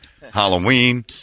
Halloween